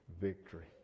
victory